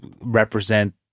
represent